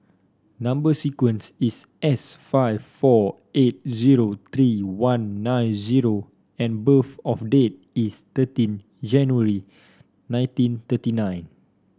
number sequence is S five four eight zero three one nine zero and birth of date is thirteen January nineteen thirty nine